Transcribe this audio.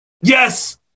Yes